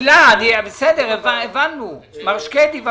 אוהבים אותך.